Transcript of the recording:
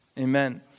Amen